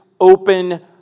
open